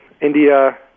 India